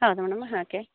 ಹೌದಾ madam okay